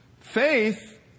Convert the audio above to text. Faith